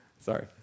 Sorry